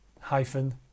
Hyphen